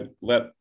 let